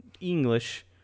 English